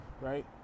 right